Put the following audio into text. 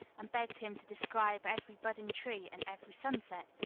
and begged him to describe every budding tree and every sunset,